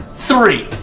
three!